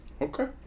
Okay